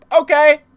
okay